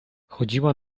chodziła